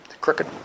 Crooked